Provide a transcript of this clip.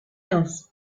else